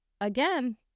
Again